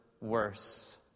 worse